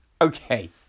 okay